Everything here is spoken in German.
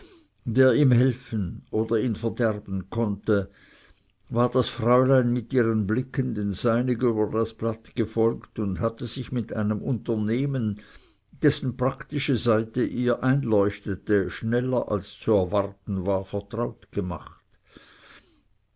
der ihm helfen oder ihn verderben konnte war das fräulein mit ihren blicken den seinigen über das blatt gefolgt und hatte sich mit einem unternehmen dessen praktische seite ihr einleuchtete schneller als zu erwarten war vertraut gemacht